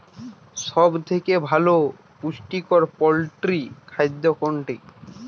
সব থেকে ভালো পুষ্টিকর পোল্ট্রী খাদ্য কোনটি?